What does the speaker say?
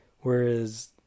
Whereas